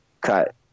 cut